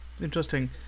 Interesting